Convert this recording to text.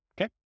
okay